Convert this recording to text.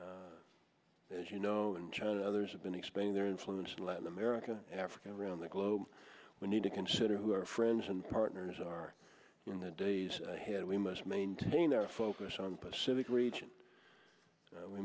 as you know and china others have been expanding their influence in latin america africa around the globe we need to consider who our friends and partners are in the days ahead we must maintain our focus on pacific region